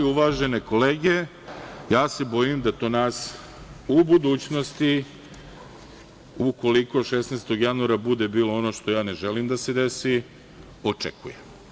Uvažene kolege, ja se bojim da to nas u budućnosti, ukoliko 16. januara bude bilo ono što ja ne želim da se desi, očekuje.